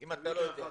אם אתה לא יודע.